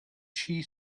she